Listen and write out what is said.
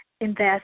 invest